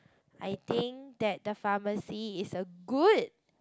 I think that the pharmacy is a good